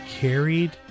carried